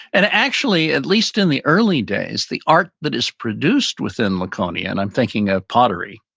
and actually, at least in the early days, the art that is produced within laconia and i'm thinking of pottery,